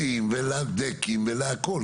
לביסוסים ולדקים ולכל.